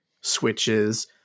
switches